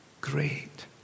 great